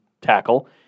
tackle